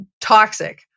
toxic